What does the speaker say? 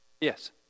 Yes